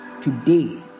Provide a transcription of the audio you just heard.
today